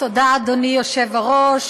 תודה, אדוני היושב-ראש.